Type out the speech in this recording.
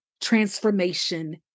transformation